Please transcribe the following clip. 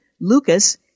Lucas